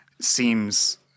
seems